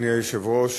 אדוני היושב-ראש,